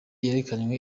yerekanywe